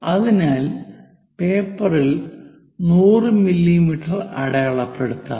അതിനാൽ പേപ്പറിൽ 100 മില്ലീമീറ്റർ അടയാളപ്പെടുത്താം